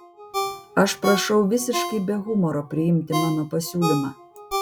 aš prašau visiškai be humoro priimti mano pasiūlymą